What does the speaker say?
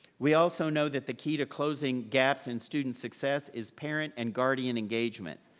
we also know that the key to closing gaps in student success is parent and guardian engagement.